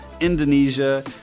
Indonesia